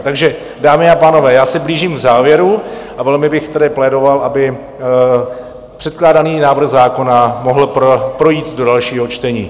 Takže, dámy a pánové, já se blížím k závěru a velmi bych tedy plédoval, aby předkládaný návrh zákona mohl projít do dalšího čtení.